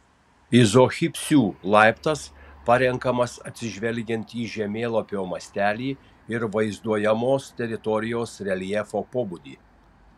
izohipsių laiptas parenkamas atsižvelgiant į žemėlapio mastelį ir vaizduojamos teritorijos reljefo pobūdį